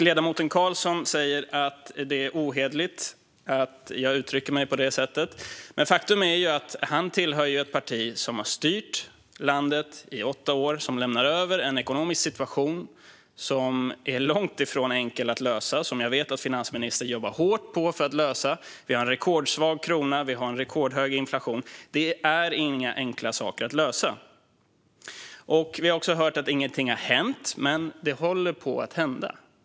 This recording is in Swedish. Ledamoten Karlsson säger att det är ohederligt att jag uttrycker mig på detta sätt, men faktum är ju att han tillhör ett parti som har styrt landet i åtta år och som har lämnat över en ekonomisk situation som är långt ifrån enkel att lösa. Jag vet dock att finansministern jobbar hårt för att lösa den. Vi har en rekordsvag krona och en rekordhög inflation. Detta är inga enkla saker att lösa. Jag har också hört att ingenting har hänt, men det håller på att hända saker.